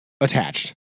attached